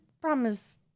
promise